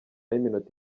y’iminota